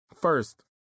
First